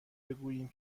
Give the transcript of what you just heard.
بگوییم